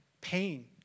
Pain